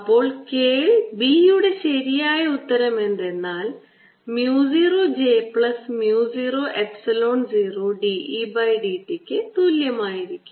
അപ്പോൾ കേൾ B യുടെ ശരിയായ ഉത്തരം എന്തെന്നാൽ mu 0 j plus mu 0 epsilon 0 d E by d t ക്ക് തുല്യമായിരിക്കും